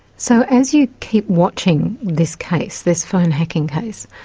so as you keep watching this case, this phone-hacking case,